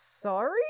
sorry